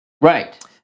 Right